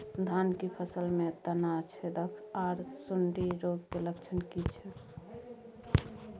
धान की फसल में तना छेदक आर सुंडी रोग के लक्षण की छै?